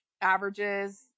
averages